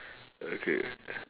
okay